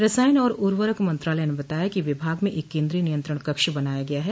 रसायन और उर्वरक मंत्रालय ने बताया कि विभाग में एक केन्द्रीय नियंत्रण कक्ष बनाया गया है